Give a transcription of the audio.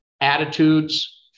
attitudes